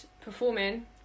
performing